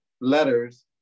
letters